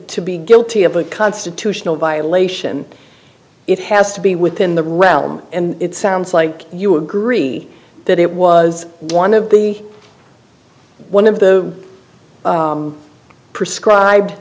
to be guilty of a constitutional violation it has to be within the realm and it sounds like you agree that it was one of the one of the prescribed